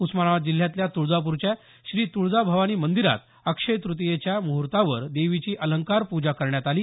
उस्मानाबाद जिल्ह्यातल्या तुळजापूरच्या श्री तुळजा भवानी मंदीरात अक्षय्य तृतीयेच्या मुहूर्तावर देवीची अलंकार पूजा करण्यात आली